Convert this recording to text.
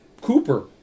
Cooper